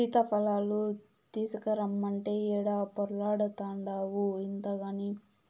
సీతాఫలాలు తీసకరమ్మంటే ఈడ పొర్లాడతాన్డావు ఇంతగని